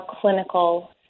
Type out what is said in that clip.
clinical